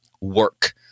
work